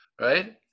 right